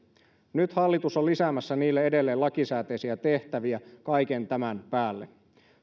nyt hallitus on lisäämässä niille edelleen lakisääteisiä tehtäviä kaiken tämän päälle